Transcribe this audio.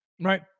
Right